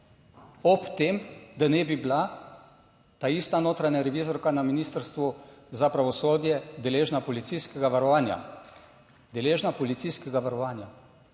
ob tem da naj bi bila ta ista notranja revizorka na Ministrstvu za pravosodje deležna policijskega varovanja.